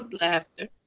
Laughter